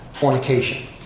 fornication